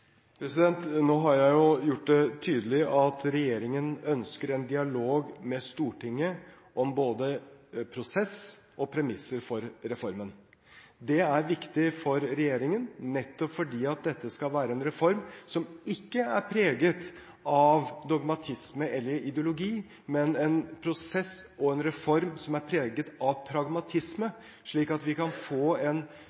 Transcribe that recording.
Nå har jeg jo gjort det tydelig at regjeringen ønsker en dialog med Stortinget om både prosess og premisser for reformen. Det er viktig for regjeringen, nettopp fordi dette skal være en reform som ikke er preget av dogmatisme eller ideologi, men en prosess og en reform som er preget av pragmatisme,